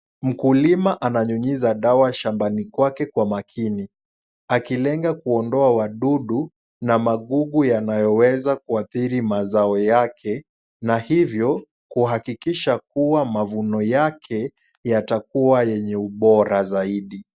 Mkulima ananyunyiza dawa shambani kwake kwa makini akilenga kuondoa wadudu na magugu yanayoweza kuathiri mazao yake na hivyo kuhakikisha kuwa mavuno yake yatakuwa yenye ubora zaidi.